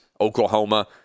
Oklahoma